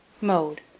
Mode